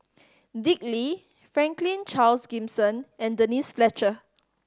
Dick Lee Franklin Charles Gimson and Denise Fletcher